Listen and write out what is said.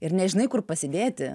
ir nežinai kur pasidėti